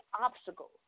obstacles